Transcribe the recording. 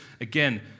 again